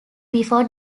before